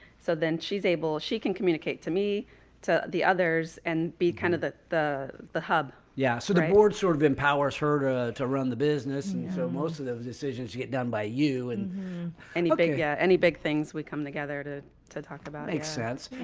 so then she's able she can communicate to me to the others and be kind of the the hub. yeah, so the board sort of empowers her to to run the business. so most of those decisions get done by you and any big yeah any big things we come together to to talk about expense.